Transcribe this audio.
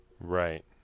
Right